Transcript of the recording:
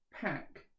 pack